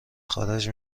خارج